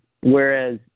Whereas